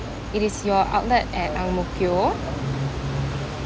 it is your outlet at ang mo kio